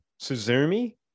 Suzumi